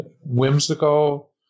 whimsical